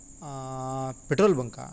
petrol Banka